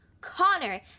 Connor